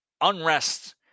unrest